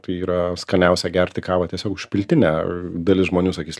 tai yra skaniausia gerti kavą tiesiog užpiltinę dalis žmonių sakys